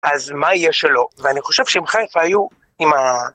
אז מה יהיה שלו, ואני חושב שאם חלק מהם היו עם ה...